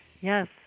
Yes